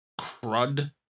crud